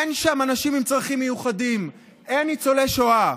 אין שם אנשים עם צרכים מיוחדים, אין ניצולי שואה.